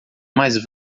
mais